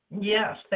Yes